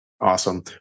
Awesome